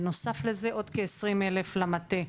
בנוסף לזה עוד כ-20,000 למטה,